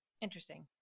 Interesting